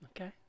Okay